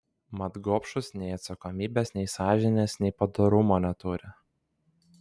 mat gobšūs nei atsakomybės nei sąžinės nei padorumo neturi